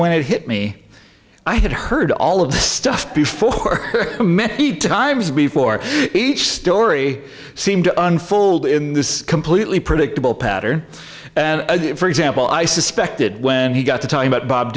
when it hit me i had heard all of this stuff before many times before each story seemed to unfold in this completely predictable pattern and for example i suspected when he got to talking about bob